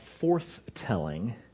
forth-telling